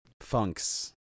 funks